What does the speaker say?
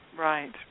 right